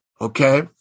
Okay